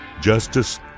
justice